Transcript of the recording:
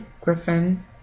Griffin